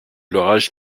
l’orage